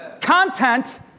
Content